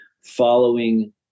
following